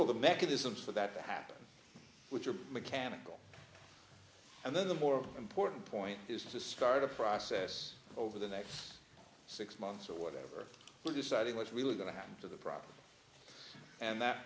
all the mechanisms for that happen which are mechanical and then the more important point is to start a process over the next six months or whatever we decide what's really going to happen to the product and that